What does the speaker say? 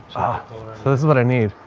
so this is what i need,